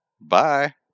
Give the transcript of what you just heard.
Bye